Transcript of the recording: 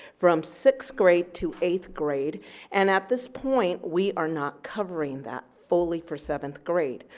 from sixth grade to eighth grade and at this point we are not covering that fully for seventh grade,